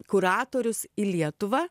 kuratorius į lietuvą